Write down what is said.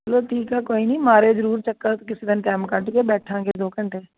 ਮਤਲਬ ਠੀਕ ਆ ਕੋਈ ਨਹੀਂ ਮਾਰਿਓ ਜ਼ਰੂਰ ਚੱਕਰ ਕਿਸੇ ਦਿਨ ਟੈਮ ਕੱਢ ਕੇ ਬੈਠਾਂਗੇ ਦੋ ਘੰਟੇ